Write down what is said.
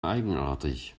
eigenartig